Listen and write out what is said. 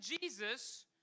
Jesus